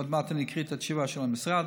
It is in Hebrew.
עוד מעט אני אקריא את התשובה של המשרד,